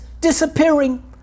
disappearing